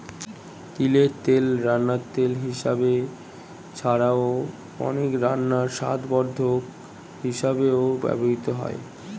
তিলের তেল রান্নার তেল হিসাবে ছাড়াও, অনেক রান্নায় স্বাদবর্ধক হিসাবেও ব্যবহৃত হয়